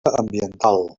ambiental